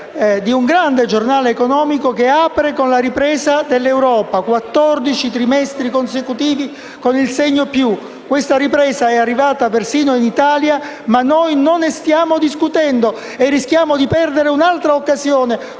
di un grande giornale economico che apre con la ripresa dell'Europa: quattordici trimestri consecutivi con il segno "+". Questa ripresa è arrivata persino in Italia, ma non ne stiamo discutendo e rischiamo di perdere un'altra occasione,